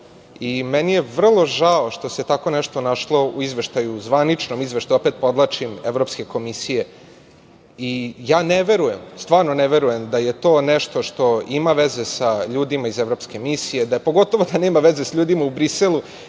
Meni je vrlo žao što se tako nešto našlo u Izveštaju, zvaničnom Izveštaju, opet podvlačim, Evropske komisije. Ne verujem, stvarno ne verujem da je to nešto što ima veze sa ljudima iz evropske misije, pogotovo da nema veze sa ljudima u Briselu,